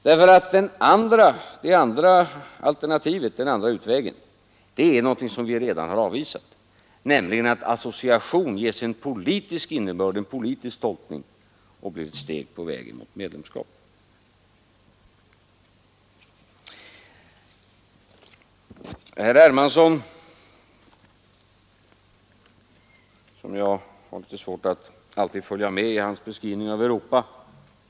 Den andra utvägen är reställning eller vad man vill kalla det, om inte vill äventyra autonomin, självständigheten i den egna nämligen någonting som vi redan har avvisat, dvs. att en association ges en politisk innebörd och blir ett steg på vägen mot medlemskap. Jag har litet svårt att alltid följa med i herr Hermanssons beskrivning av Europa.